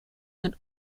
and